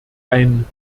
ein